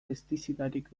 pestizidarik